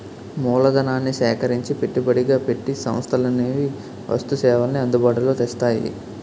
మూలధనాన్ని సేకరించి పెట్టుబడిగా పెట్టి సంస్థలనేవి వస్తు సేవల్ని అందుబాటులో తెస్తాయి